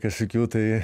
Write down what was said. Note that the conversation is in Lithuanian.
kažkokių tai